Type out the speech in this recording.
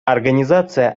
организация